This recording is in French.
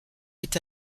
est